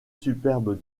superbes